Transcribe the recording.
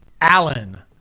Allen